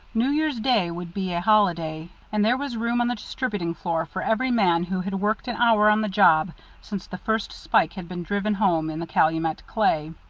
new year's day would be a holiday, and there was room on the distributing floor for every man who had worked an hour on the job since the first spile had been driven home in the calumet clay.